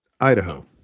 Idaho